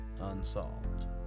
Unsolved